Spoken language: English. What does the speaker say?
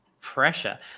Pressure